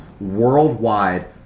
worldwide